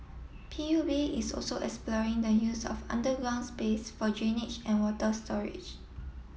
P U B is also exploring the use of underground space for drainage and water storage